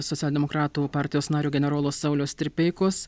socialdemokratų partijos nario generolo sauliaus stripeikos